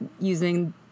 using